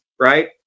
right